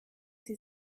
sie